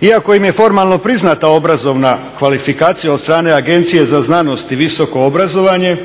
Iako im je formalno priznata obrazovna kvalifikacija od strane Agencije za znanost i visoko obrazovanje